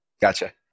Gotcha